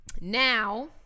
Now